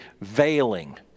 veiling